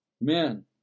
Men